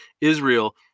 Israel